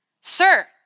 Sir